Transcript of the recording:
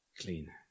clean